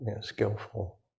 skillful